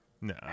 No